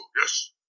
Yes